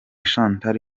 chantal